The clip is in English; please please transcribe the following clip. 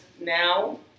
now